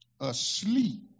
asleep